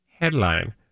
Headline